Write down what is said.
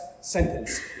sentence